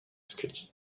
scully